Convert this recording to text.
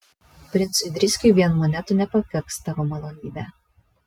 princui driskiui vien monetų nepakaks tavo malonybe